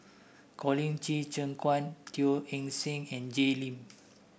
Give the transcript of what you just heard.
Colin Qi Zhe Quan Teo Eng Seng and Jay Lim